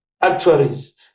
actuaries